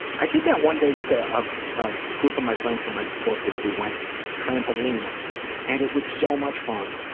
i did that one day with a ah ah group of my friends from my support group. we went trampolining and it was so much fun,